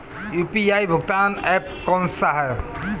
UPI भुगतान app कौन सा है?